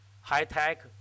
high-tech